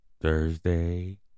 Thursday